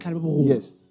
Yes